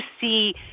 see